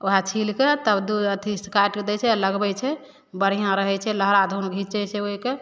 ओहए छील के तब दू अथी सँ काइट कऽ दै छै लगबै छै बढ़ियाँ रहै छै लहरा धुन घीचै छै ओइके